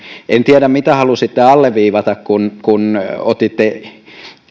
en tiedä mitä halusitte alleviivata kun kun otitte